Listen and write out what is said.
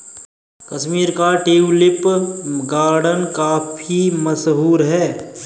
कश्मीर का tulip garden काफी मशहूर है